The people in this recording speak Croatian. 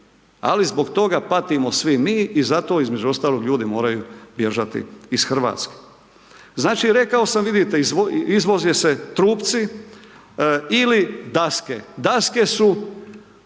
Ali zbog toga patimo svi mi i zato između ostalog ljudi moraju bježati iz Hrvatske. Znači rekao sam vidite, izvoze se trupci ili daske. Daske su